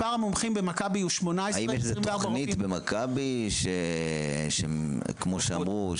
מספר המומחים במכבי הוא 18. האם יש איזה תוכנית במכבי כמו שאמרו,